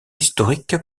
historique